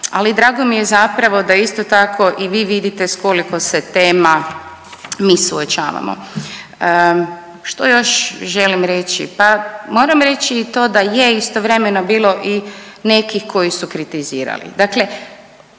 ali drago mi je zapravo da isto tako i vi vidite s koliko se tema mi suočavamo. Što još želim reći? Pa moram reći i to da je istovremeno bilo i nekih koji su kritizirali,